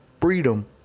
freedom